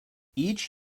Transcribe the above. each